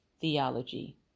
theology